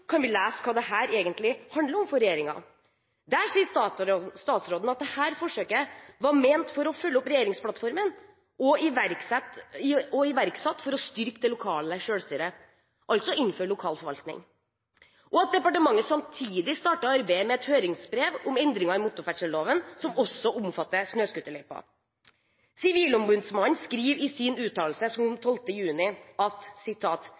kan vi lese hva dette egentlig handler om for regjeringen. Der sier statsråden at forsøket var ment som en oppfølging av det som står i regjeringsplattformen, og iverksatt for å styrke det lokale selvstyret – altså å innføre lokal forvaltning – og at departementet samtidig startet arbeidet med et høringsbrev om endringer i motorferdselsloven som også omfatter snøscooterløyper. Sivilombudsmannen skriver i sin uttalelse den 12. juni: «Dette kan tyde på at